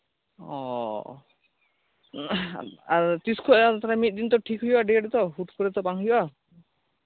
ᱚᱼᱚ ᱟᱨ ᱛᱤᱥ ᱠᱷᱚᱡ ᱮᱢ ᱢᱤᱫ ᱫᱤᱱ ᱛᱚ ᱴᱷᱤᱠ ᱦᱩᱭᱩᱜᱼᱟ ᱰᱮᱴ ᱛᱚ ᱦᱩᱴ ᱠᱚᱨᱮ ᱛᱚ ᱵᱟᱝ ᱦᱩᱭᱩᱜᱼᱟ